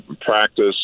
practice